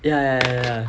ya ya ya ya